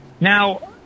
Now